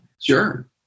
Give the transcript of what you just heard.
Sure